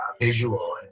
visual